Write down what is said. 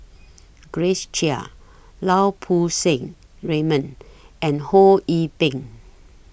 Grace Chia Lau Poo Seng Raymond and Ho Yee Ping